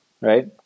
right